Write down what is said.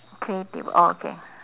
creative oh okay